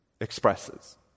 expresses